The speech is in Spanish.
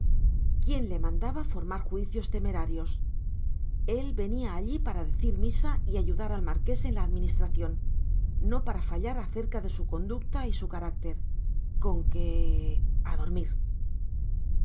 quién le mandaba formar juicios temerarios él venía allí para decir misa y ayudar al marqués en la administración no para fallar acerca de su conducta y su carácter con que a dormir